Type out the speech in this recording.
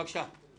בבקשה.